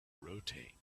rotate